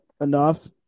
enough